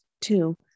Two